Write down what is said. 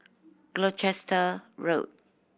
Gloucester Road